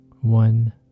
one